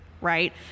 right